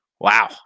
Wow